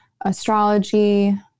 astrology